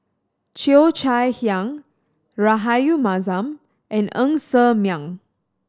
Cheo Chai Hiang Rahayu Mahzam and Ng Ser Miang